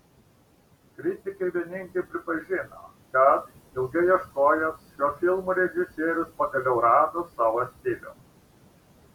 kritikai vieningai pripažino kad ilgai ieškojęs šiuo filmu režisierius pagaliau rado savo stilių